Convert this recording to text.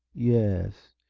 yes?